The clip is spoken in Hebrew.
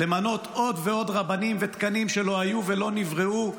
למנות עוד ועוד רבנים ותקנים שלא היו ולא נבראו,